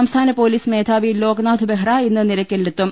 സംസ്ഥാന പൊലീസ് മേധാവി ലോക്നാഥ് ബെഹ്റ ഇന്ന് നിലയ്ക്കലിലെത്തും